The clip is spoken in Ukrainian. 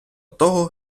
того